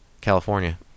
California